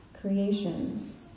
creations